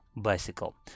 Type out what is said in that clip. bicycle